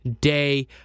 day